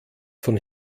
von